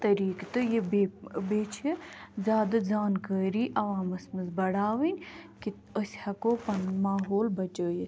طٔریٖقہٕ تہٕ یہِ بیٚیہِ بیٚیہِ چھِ زیادٕ زانکٲری عوامَس منٛز بَڑاوٕنۍ کہِ أسۍ ہیٚکو پَنُن ماحول بَچٲیِتھ